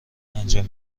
انجام